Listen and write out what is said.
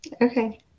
Okay